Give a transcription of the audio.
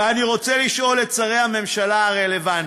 ואני רוצה לשאול את שרי הממשלה הרלוונטיים,